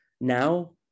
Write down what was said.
now